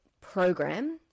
program